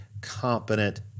competent